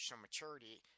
maturity